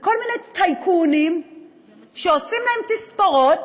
וכל מיני טייקונים שעושים להם תספורות,